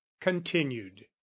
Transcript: continued